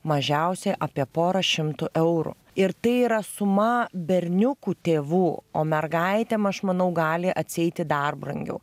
mažiausiai apie porą šimtų eurų ir tai yra suma berniukų tėvų o mergaitėm aš manau gali atsieiti dar brangiau